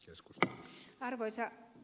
arvoisa puhemies